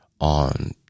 on